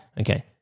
Okay